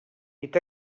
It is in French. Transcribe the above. est